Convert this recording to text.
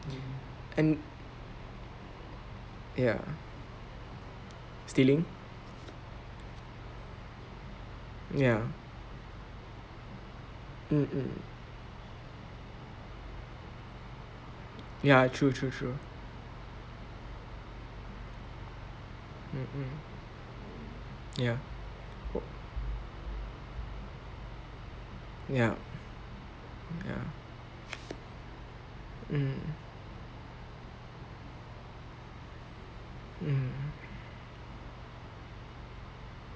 and ya stealing ya mm mm ya true true true mm mm ya yup ya mm mmhmm